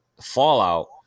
Fallout